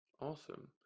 awesome